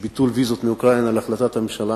ביטול הוויזות מאוקראינה להחלטת הממשלה.